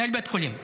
את מנהל בית חולים,